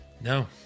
No